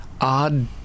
odd